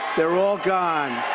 they're all gone.